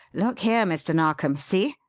look here, mr. narkom see!